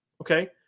okay